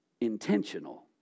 intentional